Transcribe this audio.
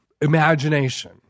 imagination